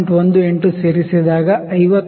18 ಸೇರಿಸಿದಾಗ 51